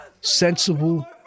sensible